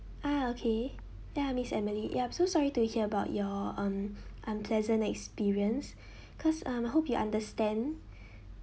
ah okay ya miss emily yup so sorry to hear about your um unpleasant experience cause um I hope you understand